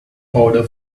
powder